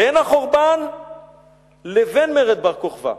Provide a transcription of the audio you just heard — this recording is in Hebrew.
בין החורבן לבין מרד בר-כוכבא.